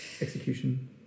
execution